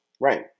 Right